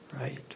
Right